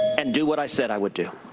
and do what i said i would do.